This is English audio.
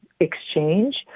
exchange